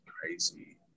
crazy